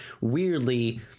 weirdly